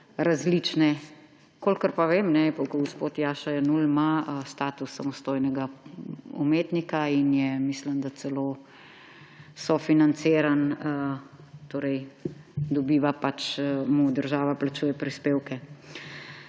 različne. Kolikor pa vem, pa gospod Jaša Jenull ima status samostojnega umetnika in je, mislim da, celo sofinanciran, torej mu država plačuje prispevke.